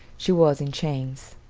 she was in chains,